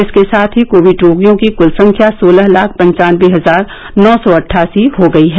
इसके साथ ही कोविड रोगियों की कुल संख्या सोलह लाख पन्चानबे हजार नौ सौ अट्ठासी हो गई है